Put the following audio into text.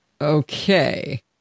Okay